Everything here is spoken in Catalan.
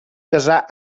casà